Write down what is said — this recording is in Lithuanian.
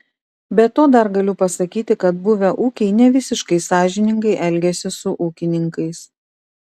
be to dar galiu pasakyti kad buvę ūkiai nevisiškai sąžiningai elgiasi su ūkininkais